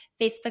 Facebook